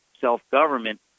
self-government